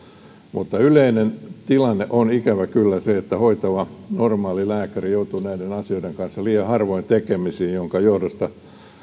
mutta yleinen tilanne on ikävä kyllä se että hoitava normaali lääkäri joutuu näiden asioiden kanssa liian harvoin tekemisiin minkä johdosta